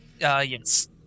Yes